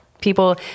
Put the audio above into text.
people